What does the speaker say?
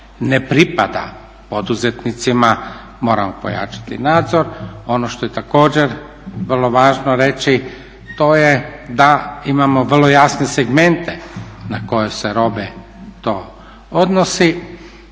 ne pripada poduzetnicima moramo pojačati nadzor. Ono je također vrlo važno reći to je da imamo vrlo jasne segmente na koje se robe to odnosi